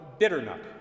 bitternut